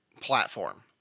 platform